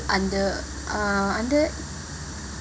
under uh under